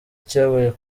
icyabaye